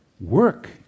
Work